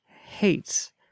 hates